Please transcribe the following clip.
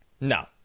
No